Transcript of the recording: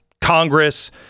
Congress